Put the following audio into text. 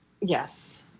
Yes